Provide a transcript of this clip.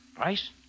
Price